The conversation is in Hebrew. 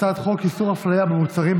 הצעת חוק איסור הפליה במוצרים,